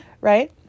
Right